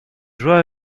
joie